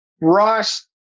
Ross